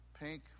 Pink